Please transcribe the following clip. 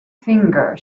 finger